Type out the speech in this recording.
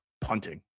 punting